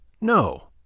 No